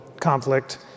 conflict